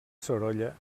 sorolla